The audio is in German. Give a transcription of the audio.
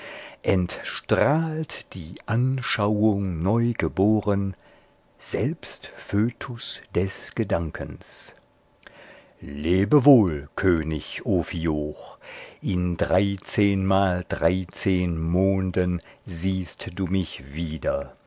entstrahlt die anschauung neugeboren selbst fötus des gedankens lebe wohl könig ophioch in dreizehnmal dreizehn monden siehst du mich wieder